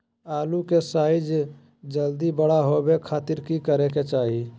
आलू के साइज जल्दी बड़ा होबे खातिर की करे के चाही?